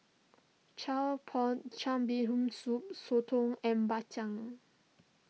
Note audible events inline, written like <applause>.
<unintelligible> Pot <unintelligible> Bee Hoon Soup Soto and Bak Chang